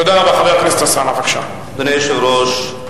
תודה רבה.